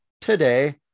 today